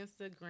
Instagram